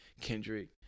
kendrick